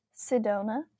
Sedona